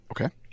Okay